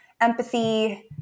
empathy